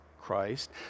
Christ